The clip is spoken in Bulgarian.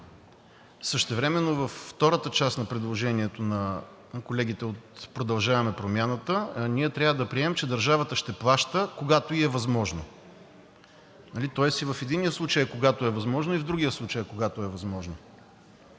поръчката, във втората част на предложението на колегите от „Продължаваме Промяната“ трябва да приемем, че държавата ще плаща, когато ѝ е възможно – и в единия случай, когато е възможно, и в другия случай, когато е възможно.